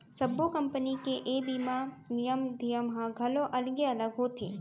सब्बो कंपनी के ए बीमा नियम धियम ह घलौ अलगे अलग होथे